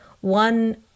one